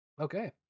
Okay